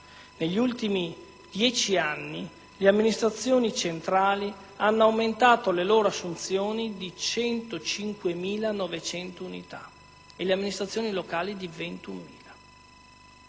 Negli ultimi dieci anni, le amministrazioni centrali hanno aumentato le loro assunzioni di 105.900 unità e le amministrazioni locali di 21.000.